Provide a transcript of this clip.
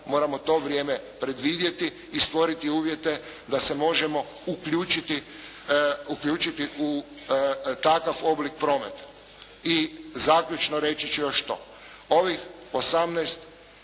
moramo to vrijeme predvidjeti i stvoriti uvjete da se možemo uključiti u takav oblik prometa. I zaključno reći ću još to. Ovih 18